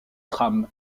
tram